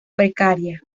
precaria